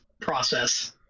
process